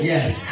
Yes